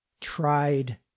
tried